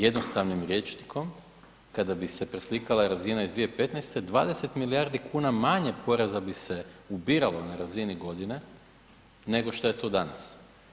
Jednostavnim rječnikom kada bi se preslikala razina iz 2015. 20 milijardi kuna manje poreza bi se ubiralo na razini godine nego šta je to danas.